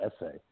essay